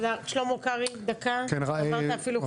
שלמה קרעי, דקה בבקשה.